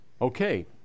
okay